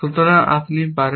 সুতরাং আপনি পারেন